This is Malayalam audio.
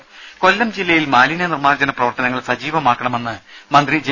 രുദ കൊല്ലം ജില്ലയിൽ മാലിന്യ നിർമാർജ്ജന പ്രവർത്തനങ്ങൾ സജീവമാക്കണമെന്ന് മന്ത്രി ജെ